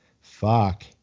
Fuck